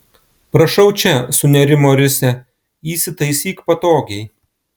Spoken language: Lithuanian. prašau čia sunerimo risia įsitaisyk patogiai